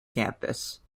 campus